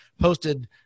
posted